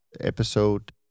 episode